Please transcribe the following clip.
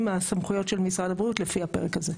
מהסמכויות של משרד הבריאות לפי הפרק הזה.